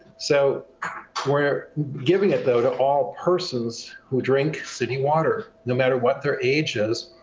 so we're giving it though to all persons who drink city water, no matter what their age is.